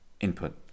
input